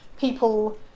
people